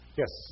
yes